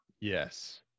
Yes